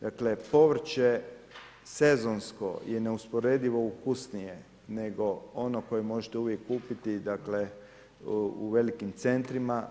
Dakle, povrće, sezonsko je usporedivo ukusnije, nego ono koje možete uvijek kupiti, u velikim centrima.